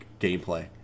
gameplay